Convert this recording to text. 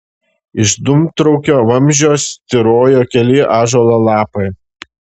iš dūmtraukio vamzdžio styrojo keli ąžuolo lapai